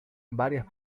varias